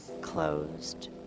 closed